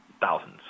thousands